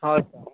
ହଉ ସାର୍